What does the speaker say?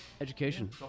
education